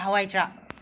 ꯍꯋꯥꯏ ꯊ꯭ꯔꯥꯛ